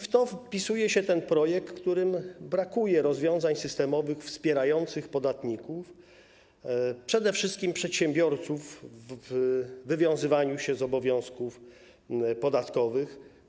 W to wpisuje się ten projekt, w którym brakuje rozwiązań systemowych wspierających podatników, przede wszystkim przedsiębiorców, w wywiązywaniu się z obowiązków podatkowych.